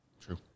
True